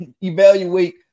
evaluate